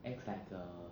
acts like a